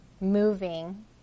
moving